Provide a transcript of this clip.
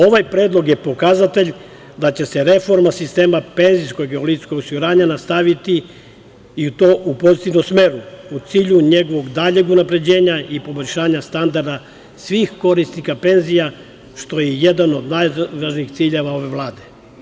Ovaj predlog je pokazatelj da će se reforma sistema penzijskog i invalidskog osiguranja nastaviti i to u pozitivnom smeru, u cilju njegovog daljeg unapređenja i poboljšanja standarda svih korisnika penzija, što je jedan od najvažnijih ciljeva ove Vlade.